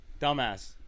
dumbass